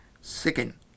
Second